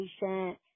patient